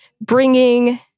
bringing